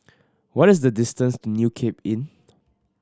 what is the distance to New Cape Inn